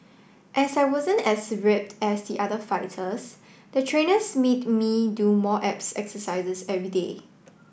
as I wasn't as ripped as the other fighters the trainers made me do more abs exercises everyday